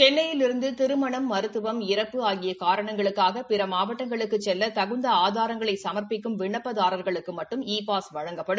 சென்னையிலிருந்து திருமணம் மருததுவம் இறப்பு ஆகிய காரணங்களுக்காக பிற மாவட்டங்களுக்குச் செல்ல தகுந்த ஆதாரங்களை சமா்ப்பிக்கும் விண்ணப்பதாரா்களுக்கு மட்டும் இ பாஸ் வழங்கப்படும்